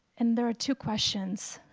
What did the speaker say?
and there are two questions.